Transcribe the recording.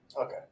Okay